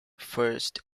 first